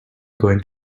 going